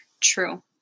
True